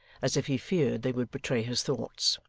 as if he feared they would betray his thoughts.